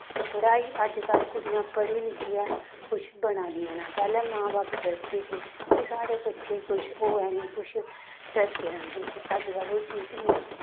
ते पढ़ाई अजकल्ल कुड़ियां पढ़ी लिखियै कुछ बना दियां न पैह्लें मां बब्ब डरदे हे कि साढ़े बच्चे कुछ होऐ निं कुछ डरदे रौंह्दे हे ते अजकल्ल ओह् चीज नेईं है ऐ